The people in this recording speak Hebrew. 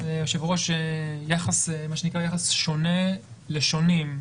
יחס שונה לשונים.